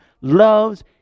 loves